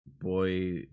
boy